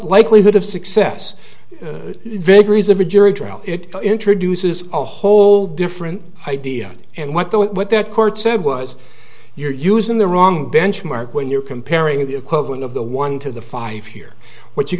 likelihood of success vagaries of a jury trial it introduces a whole different idea and what the what that court said was you're using the wrong benchmark when you're comparing the equivalent of the one to the five here what you